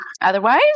otherwise